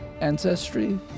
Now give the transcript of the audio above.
ancestry